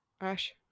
Ash